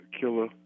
Killer